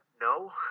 No